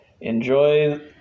Enjoy